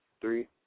three